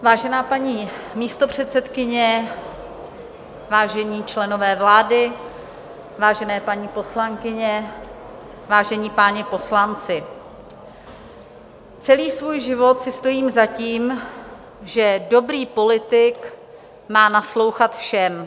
Vážená paní místopředsedkyně, vážení členové vlády, vážené paní poslankyně, vážení páni poslanci, celý svůj život si stojím za tím, že dobrý politik má naslouchat všem.